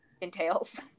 entails